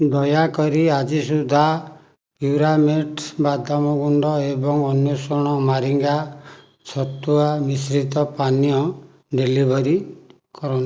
ଦୟାକରି ଆଜି ସୁଦ୍ଧା ପ୍ୟୁରାମେଟ୍ ବାଦାମ ଗୁଣ୍ଡ ଏବଂ ଅନ୍ଵେଷଣ ମାରିଙ୍ଗା ଛତୁଆ ମିଶ୍ରିତ ପାନୀୟ ଡେଲିଭରି କର